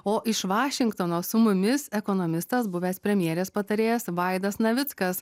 o iš vašingtono su mumis ekonomistas buvęs premjerės patarėjas vaidas navickas